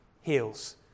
heals